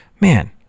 man